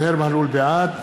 בעד